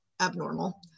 abnormal